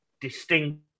distinct